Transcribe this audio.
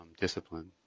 discipline